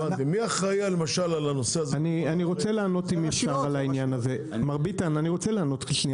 אני רוצה לענות שנייה על העניין הזה, אם אפשר.